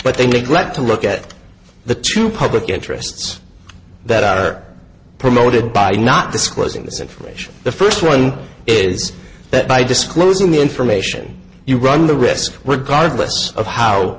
but they neglect to look at the two public interests that are promoted by not disclosing this information the first one is that by disclosing the information you run the risk regardless of how